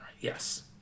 yes